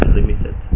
limited